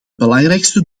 belangrijkste